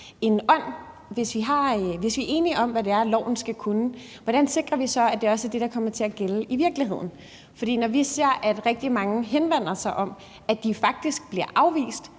Hvis vi er enige om, hvad loven skal kunne, hvordan sikrer vi så, at det også er det, der kommer til at gælde i virkeligheden? For vi ser, at rigtig mange henvender sig om, at de faktisk bliver afvist,